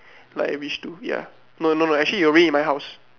like I wish to ya no no no actually it will rain in my house